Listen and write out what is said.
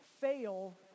fail